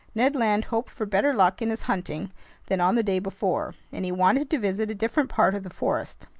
ned land hoped for better luck in his hunting than on the day before, and he wanted to visit a different part of the forest.